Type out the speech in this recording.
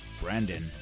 brandon